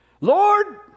Lord